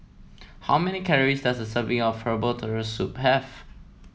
how many calories does a serving of Herbal Turtle Soup have